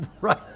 right